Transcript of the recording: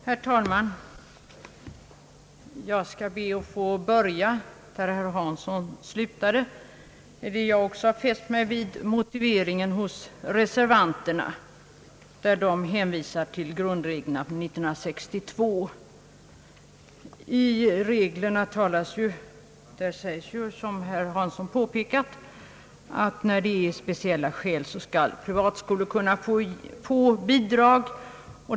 Herr talman! Jag skall be att få börja där herr Hansson slutade. Jag har också fäst mig vid reservanternas motivering, där de hänvisar till grundreglerna från 1962. I reglerna sägs ju, som herr Hansson påpekade, att när det finns speciella skäl skall privat skolor kunna få bidrag.